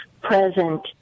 present